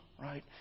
right